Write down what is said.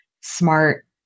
smart